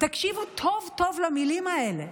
תקשיבו טוב טוב למילים האלה,